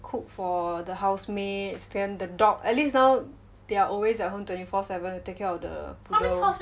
cook for the housemates then the dog at least now they are always at home twenty four seven to take care of the poodle